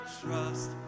trust